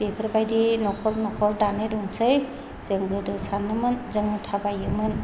बेफोरबायदि न'खर न'खर दानिया दंसै जों गोदो सानोमोन जों थाबायोमोन